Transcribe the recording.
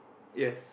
yes